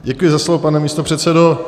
Děkuji za slovo, pane místopředsedo.